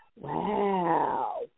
Wow